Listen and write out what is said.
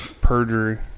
perjury